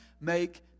make